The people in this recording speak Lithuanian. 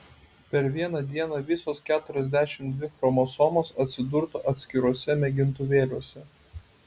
per vieną dieną visos keturiasdešimt dvi chromosomos atsidurtų atskiruose mėgintuvėliuose